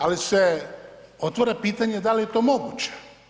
Ali se otvara pitanje da li je to moguće.